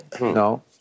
No